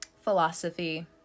philosophy